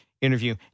interview